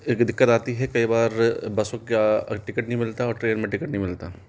एक दिक्कत आती है कई बार बसों का टिकट नहीं मिलता और ट्रेन में टिकट नहीं मिलता